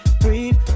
Breathe